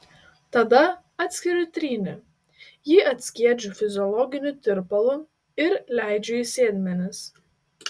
tada atskiriu trynį jį atskiedžiu fiziologiniu tirpalu ir leidžiu į sėdmenis